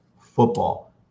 football